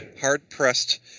hard-pressed